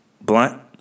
Blunt